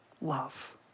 love